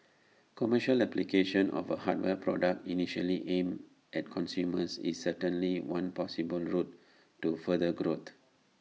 commercial application of A hardware product initially aimed at consumers is certainly one possible route to further growth